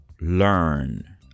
learn